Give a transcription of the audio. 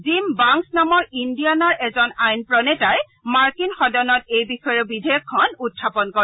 gym Banks নামৰ ইণ্ডিয়ানাৰ এজন আইন প্ৰণেতাই মাৰ্কিন সদনত এই বিষয়ৰ বিধেয়কখন উখাপন কৰে